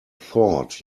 thought